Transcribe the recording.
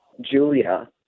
Julia